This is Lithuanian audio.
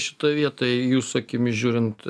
šitoj vietoj jūsų akimis žiūrint